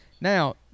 Now